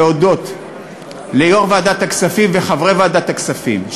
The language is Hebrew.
להודות ליושב-ראש ועדת הכספים ולחברי ועדת הכספים,